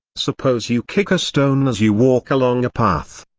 suppose you kick a stone as you walk along a path.